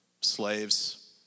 slaves